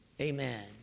amen